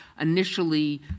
initially